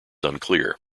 unclear